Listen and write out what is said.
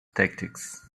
tactics